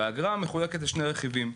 והאגרה מחולקת לשני רכיבים.